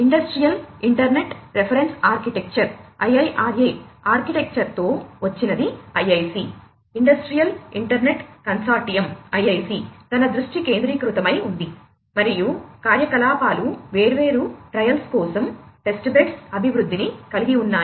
industrial internet reference architecture అభివృద్ధిని కలిగి ఉన్నాయి